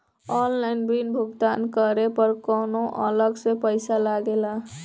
Online bill भुगतान करे पर कौनो अलग से पईसा लगेला?